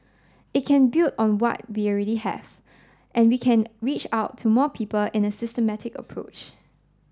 it can build on what we already have and we can reach out to more people in a systematic approach